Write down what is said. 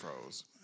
pros